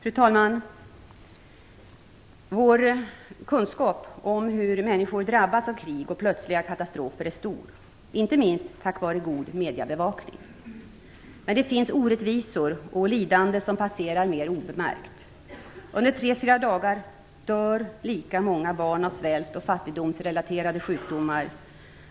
Fru talman! Vår kunskap om hur människor drabbas av krig och plötsliga katastrofer är stor, inte minst tack vare god mediebevakning. Men det finns orättvisor och lidande som passerar mer obemärkt. Under tre fyra dagar dör lika många barn av svält och fattigdomsrelaterade sjukdomar